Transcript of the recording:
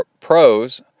pros